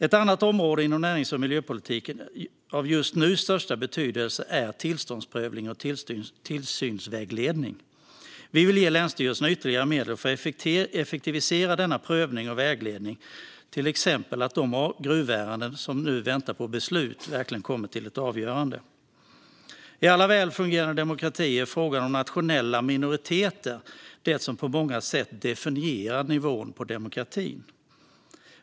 Ett annat område inom närings och miljöpolitiken som just nu är av största betydelse är tillståndsprövning och tillsynsvägledning. Vi vill ge länsstyrelserna ytterligare medel för att effektivisera denna prövning och vägledning, så att till exempel de gruvärenden som nu väntar på beslut verkligen kommer till ett avgörande. I alla väl fungerande demokratier är frågan om nationella minoriteter det som på många sätt definierar nivån på demokratin.